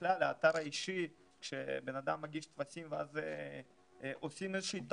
ובכלל האתר האישי שבן אדם מגיש טפסים ואז עושים איזה שהיא טעות,